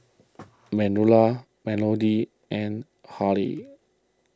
Manuela Melodee and Harvey